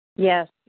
Yes